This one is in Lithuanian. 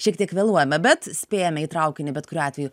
šiek tiek vėluojame bet spėjame į traukinį bet kuriuo atveju